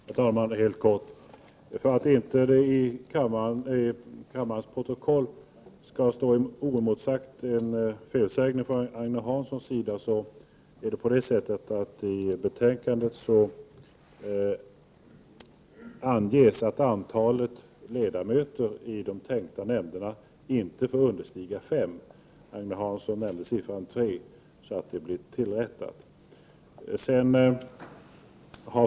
Herr talman! Helt kort: För att inte i kammarens protokoll en felsägning av Agne Hansson skall stå oemotsagd, vill jag säga att det i betänkandet anges att antalet ledamöter i de tänkta nämnderna inte får understiga fem. Agne Hansson nämnde siffran tre.